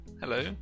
Hello